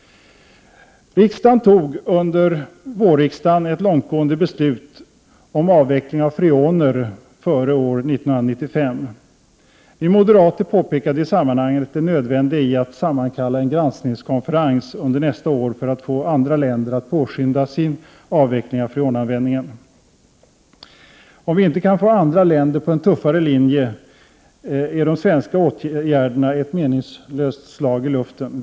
Riksdagen tog under våren ett långtgående beslut om avveckling av freonerna före 1995. Vi moderater påpekade i sammanhanget det nödvändiga i att sammankalla en granskningskonferens under nästa år för att få andra länder att påskynda sin avveckling av freonanvändningen. Om vi inte kan få med oss andra länder på en tuffare linje, är de svenska åtgärderna ett meningslöst slag i luften.